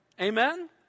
Amen